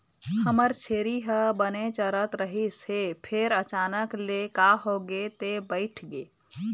हमर छेरी ह बने चरत रहिस हे फेर अचानक ले का होगे ते बइठ गे